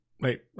Wait